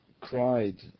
cried